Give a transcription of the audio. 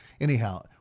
Anyhow